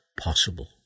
possible